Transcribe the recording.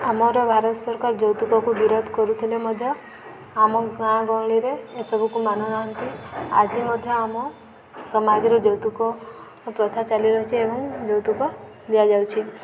ଆମର ଭାରତ ସରକାର ଯୌତୁକକୁ ବିରୋଧ କରୁଥିଲେ ମଧ୍ୟ ଆମ ଗାଁ ଗହଳିରେ ଏସବୁକୁ ମାନୁନାହାନ୍ତି ଆଜି ମଧ୍ୟ ଆମ ସମାଜର ଯୌତୁକ ପ୍ରଥା ଚାଲି ରହିଛିି ଏବଂ ଯୌତୁକ ଦିଆଯାଉଛି